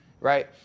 right